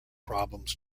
problems